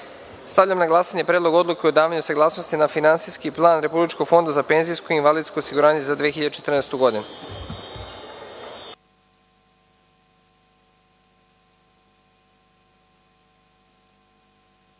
na glasanje Predlog odluke o davanju saglasnosti na Finansijski plan Republičkog fonda za penzijsko i invalidsko osiguranje za 2014. godinu. Molim